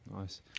Nice